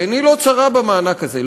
ועיני לא צרה במענק הזה,